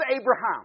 Abraham